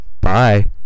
Bye